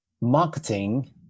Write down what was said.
marketing